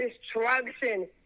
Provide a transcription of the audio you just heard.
destruction